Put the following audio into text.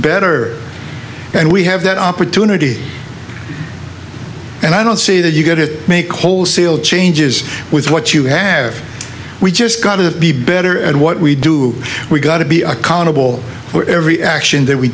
better and we have that opportunity and i don't see that you go to make wholesale changes with what you have we just got to be better and what we do we got to be accountable for every action that we